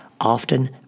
often